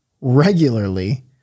regularly